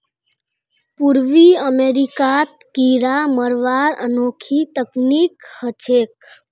पूर्वी अमेरिकात कीरा मरवार अनोखी तकनीक ह छेक